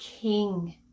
King